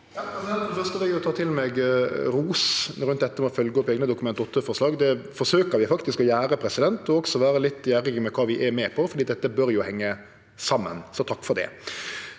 det første vil eg ta til meg rosen for det å følgje opp eigne Dokument 8-forslag. Det forsøkjer vi faktisk å gjere – også å vere litt gjerrige med kva vi er med på, for dette bør jo henge saman. Så takk for det.